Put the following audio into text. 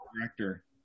director